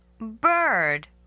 bird